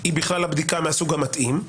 היא בכלל בדיקה מהסוג המתאים,